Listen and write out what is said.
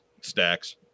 stacks